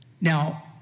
Now